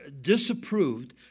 disapproved